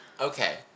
Okay